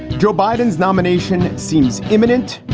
joe biden's nomination seems imminent.